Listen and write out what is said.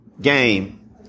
game